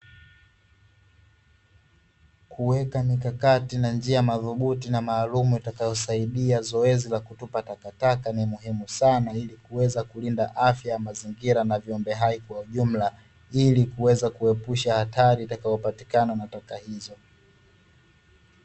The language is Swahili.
Kuweka mikakati na njia madhubuti na maalumu itakayosaidia kutupa takataka na utunzaji ili kuzuia madhara yatakayotokana na taka hizo